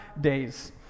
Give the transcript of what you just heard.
days